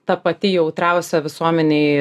ta pati jautriausia visuomenei